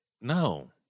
No